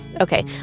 Okay